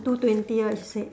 two twenty right she said